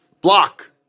Block